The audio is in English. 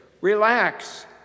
Relax